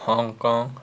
Hong Kong